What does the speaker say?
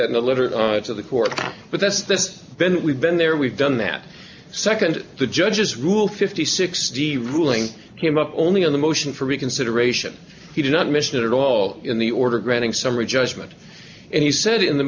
that in a letter to the court but that's this then we've been there we've done that second the judges rule fifty sixty ruling came up only on the motion for reconsideration he did not mention it at all in the order granting summary judgment and he said in the